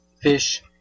fish